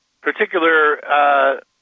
particular